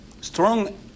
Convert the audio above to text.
Strong